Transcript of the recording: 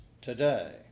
today